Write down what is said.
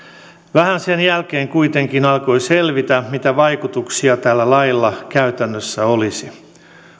vähän sen jälkeen kuitenkin alkoi selvitä mitä vaikutuksia tällä lailla käytännössä olisi